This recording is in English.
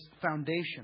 foundation